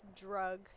drug